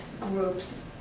groups